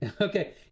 Okay